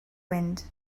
wind